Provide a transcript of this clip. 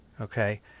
okay